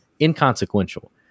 inconsequential